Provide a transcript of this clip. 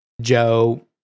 Joe